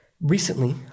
Recently